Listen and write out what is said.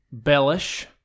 bellish